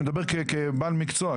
אני מדבר כבעל מקצוע,